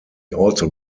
also